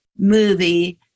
movie